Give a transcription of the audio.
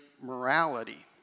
morality